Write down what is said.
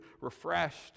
refreshed